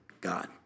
God